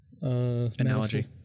analogy